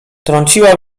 trąciła